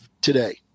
today